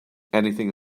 anything